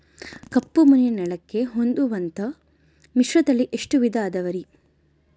ಕಪ್ಪುಮಣ್ಣಿನ ನೆಲಕ್ಕೆ ಹೊಂದುವಂಥ ಮಿಶ್ರತಳಿ ಎಷ್ಟು ವಿಧ ಅದವರಿ?